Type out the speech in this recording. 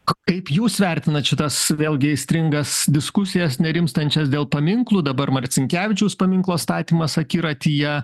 kaip jūs vertinat šitas vėlgi aistringas diskusijas nerimstančias dėl paminklų dabar marcinkevičiaus paminklo statymas akiratyje